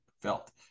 felt